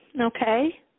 Okay